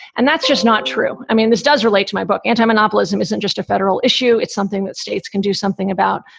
and that's just not true. i mean, this does relate to my book. antimonopoly ism isn't just a federal issue. it's something that states can do something about.